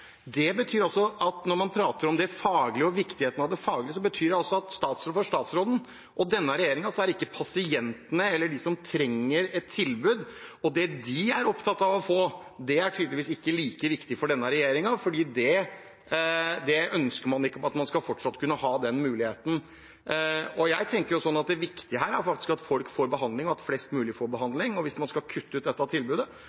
Det betyr altså, når man prater om det faglige og viktigheten av det faglige, at for statsråden og denne regjeringen er pasientene eller de som trenger et tilbud – og det de er opptatt av å få – tydeligvis ikke like viktige, for man ønsker ikke at man fortsatt skal kunne ha den muligheten. Jeg tenker at det viktige her er at folk faktisk får behandling, og at flest mulig får